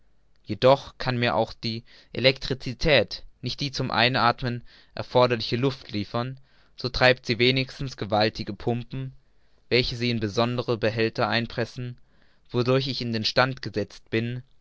jedoch kann mir auch die elektricität nicht die zum einathmen erforderliche luft liefern so treibt sie wenigstens gewaltige pumpen welche sie in besondere behälter einpressen wodurch ich in den stand gesetzt bin